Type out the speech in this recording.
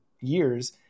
years